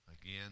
again